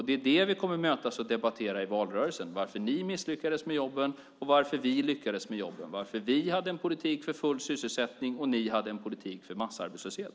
Det är det som vi kommer att debattera när vi möts i valrörelsen - varför ni misslyckades med jobben och varför vi lyckades med jobben, varför vi hade en politik för full sysselsättning och ni hade en politik för massarbetslöshet.